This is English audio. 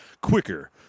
quicker